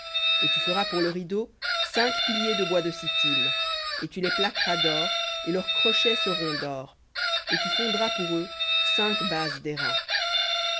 et tu feras pour le rideau cinq piliers de bois de sittim et tu les plaqueras d'or et leurs crochets seront d'or et tu fondras pour eux cinq bases